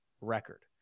record